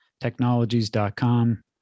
Technologies.com